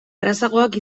errazagoak